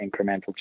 incremental